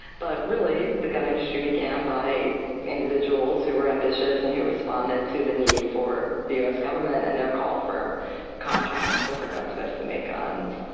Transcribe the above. but really the gun industry began by individuals who were ambitious and who responded to the need for the us government and their call for contracts and for gunsmiths to make guns.